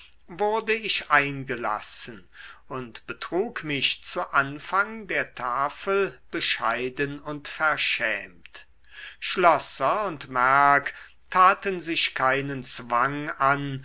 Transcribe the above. wurde ich eingelassen und betrug mich zu anfang der tafel bescheiden und verschämt schlosser und merck taten sich keinen zwang an